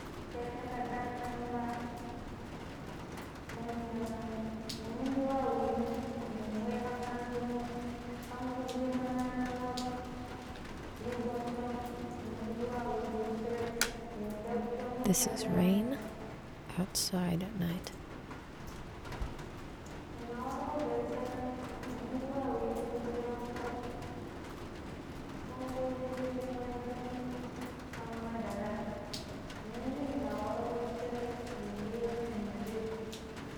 Tei takaɗa no Yamba munu ɗan ni minji wa wiru ni wei kan anɗono kan fuduji mannano lot diiƙon shọn niminji wa waru pishire nin tabu shọn yi ka shira no, nima waruƙo Jarusalemi niminjiwa wiru pidishi kakko pam pidi pirshi ka Jirni kan madara ni minji ni ma warƙo pishiri nin diƙina nin je